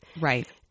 Right